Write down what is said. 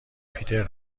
پیتر